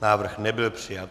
Návrh nebyl přijat.